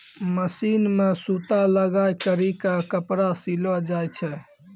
machine मे सूता लगाय करी के कपड़ा सिलो जाय छै